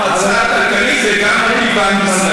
המספרים, זה לא מוסיף לדיון.